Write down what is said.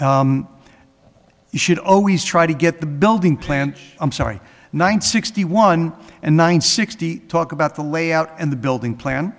you should always try to get the building plants i'm sorry nine sixty one and nine sixty eight talk about the layout and the building plan